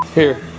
here.